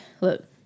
look